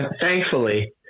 thankfully